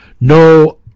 no